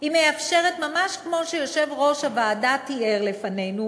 היא מאפשרת, ממש כמו שיושב-ראש הוועדה תאר לפנינו,